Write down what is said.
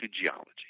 geology